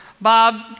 Bob